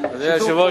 אדוני היושב-ראש,